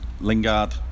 Lingard